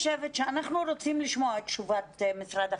שאנחנו רוצים לשמוע את תשובת משרד החינוך,